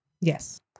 Yes